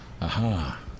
Aha